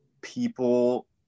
people